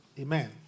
Amen